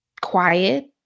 quiet